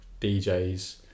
DJs